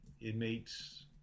inmates